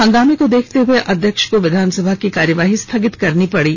हंगामे को देखते हुए अध्यक्ष को विधानसभा की कार्यवाही स्थगित करनी पड़ी